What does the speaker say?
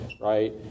right